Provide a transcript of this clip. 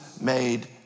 made